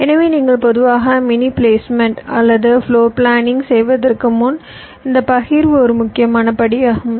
எனவே நீங்கள் பொதுவாக மினி பிளேஸ்மென்ட் அல்லது ஃப்ளோர் பிளானிங் செய்வதற்கு முன் இந்த பகிர்வு ஒரு முக்கியமான படியாகும்